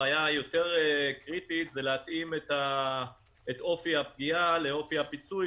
הבעיה היותר קריטית זה להתאים את אופי הפגיעה לאופי הפיצוי.